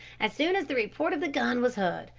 as soon as the report of the gun was heard,